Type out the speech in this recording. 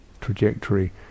trajectory